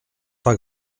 pas